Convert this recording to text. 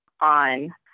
on